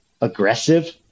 aggressive